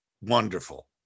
wonderful